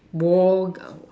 war